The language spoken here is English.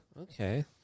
Okay